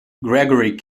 gregory